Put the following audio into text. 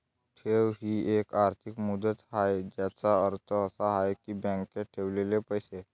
ठेव ही एक आर्थिक मुदत आहे ज्याचा अर्थ असा आहे की बँकेत ठेवलेले पैसे